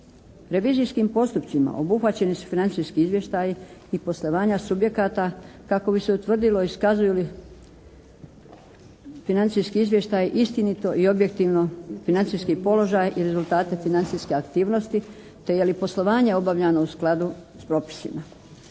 Revizijskim postupcima obuhvaćeni su financijski izvještaji i poslovanja subjekata kako bi se utvrdilo iskazuju li financijski izvještaji istinito i objektivno financijski položaj i rezultate financijske aktivnosti te je li poslovanje obavljano u skladu s propisima.